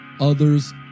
others